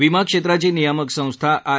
विमा क्षेत्राची नियामक संस्था आय